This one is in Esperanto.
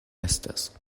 estas